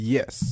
Yes